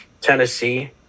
Tennessee